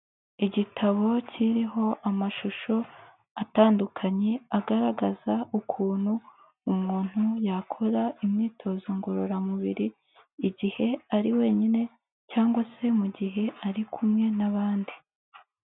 Igitabo kiriho amashusho atandukanye agaragaza ukuntu umuntu yakora imyitozo ngororamubiri, igihe ari wenyine cyangwa se mu gihe ari kumwe n'abandi.